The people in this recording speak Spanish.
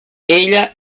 ella